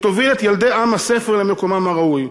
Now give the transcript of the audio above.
שתוביל את ילדי עם הספר למקומם הראוי.